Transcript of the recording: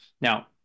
Now